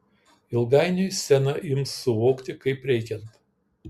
ilgainiui sceną ims suvokti kaip reikiant